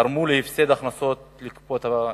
תרמו להפסד הכנסות לקופות העיריות.